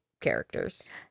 characters